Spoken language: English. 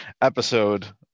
episode